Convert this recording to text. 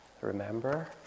remember